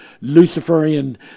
Luciferian